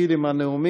נתחיל עם הנאומים.